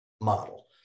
model